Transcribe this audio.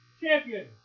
champion